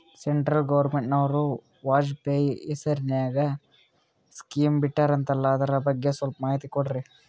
Central ಗವರ್ನಮೆಂಟನವರು ವಾಜಪೇಯಿ ಹೇಸಿರಿನಾಗ್ಯಾ scheme ಬಿಟ್ಟಾರಂತಲ್ಲ ಅದರ ಬಗ್ಗೆ ಸ್ವಲ್ಪ ಮಾಹಿತಿ ಕೊಡ್ರಿ?